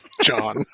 John